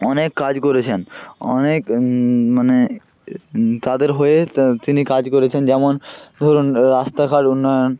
অনেক কাজ করেছেন অনেক মানে তাদের হয়ে তা তিনি কাজ করেছেন যেমন ধরুন রাস্তাঘাট উন্নয়ন